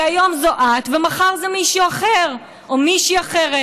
כי היום זו את ומחר זה מישהו אחר או מישהי אחרת,